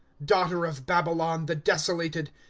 daughter of babylon, the desolated!